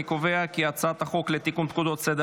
אני קובע כי הצעת חוק לתיקון פקודת סדר